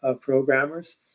programmers